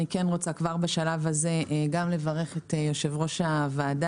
אני כן רוצה כבר בשלב הזה לברך את יושב-ראש הוועדה.